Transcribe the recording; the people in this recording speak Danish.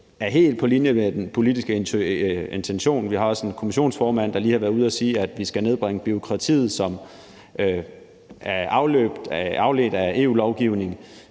er helt på linje med den politiske intention. Vi har også en kommissionsformand, der lige har været ude at sige, at vi skal nedbringe bureaukratiet, som er afledt af EU-lovgivning.